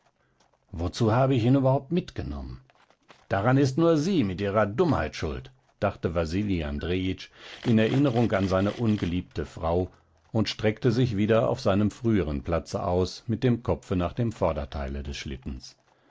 wozu habe ich ihn überhaupt mitgenommen daran ist nur sie mit ihrer dummheit schuld dachte wasili andrejitsch in erinnerung an seine ungeliebte frau und streckte sich wieder auf seinem früheren platze aus mit dem kopfe nach dem vorderteile des schlittens